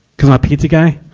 cuz i'm a pizza guy.